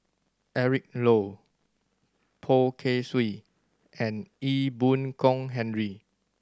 Eric Low Poh Kay Swee and Ee Boon Kong Henry